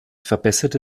verbesserte